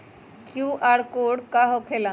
एकर QR code का होकेला?